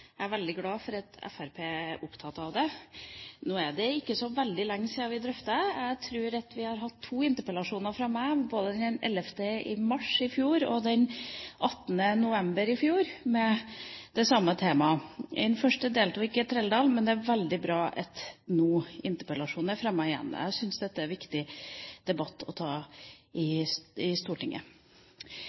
Jeg er veldig glad for at Fremskrittspartiet er opptatt av det. Nå er det ikke så veldig lenge siden vi drøftet dette. Jeg har hatt to interpellasjoner, både den 11. mars i fjor og den 18. november i fjor, med det samme temaet. I den første interpellasjonen min deltok ikke Trældal, men det er veldig bra at den nå er fremmet igjen. Jeg syns dette er en viktig debatt å ta i Stortinget.